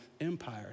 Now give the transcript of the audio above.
empire